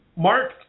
Mark